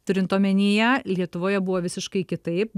turint omenyje lietuvoje buvo visiškai kitaip